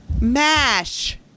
MASH